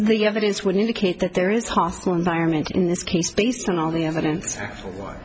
the evidence would indicate that there is hostile environment in this case based on all the evidence